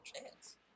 chance